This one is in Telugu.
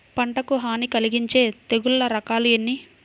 పంటకు హాని కలిగించే తెగుళ్ల రకాలు ఎన్ని?